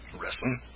wrestling